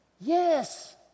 Yes